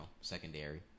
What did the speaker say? Secondary